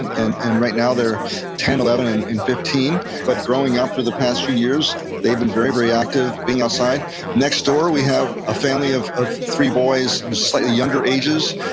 and and right now they're ten, eleven, and and fifteen, but growing up, for the past few years, they've been very, very active being outside next door, we have a family of of three boys, slightly younger ages.